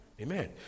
Amen